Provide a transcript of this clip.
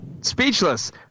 speechless